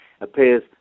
appears